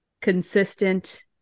consistent